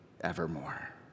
evermore